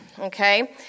Okay